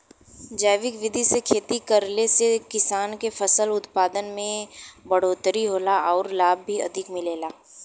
जैविक विधि से खेती करले से किसान के फसल उत्पादन में बढ़ोतरी होला आउर लाभ भी अधिक मिलेला